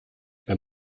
wenn